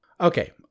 Okay